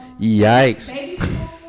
Yikes